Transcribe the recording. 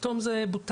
פתאום זה בוטל,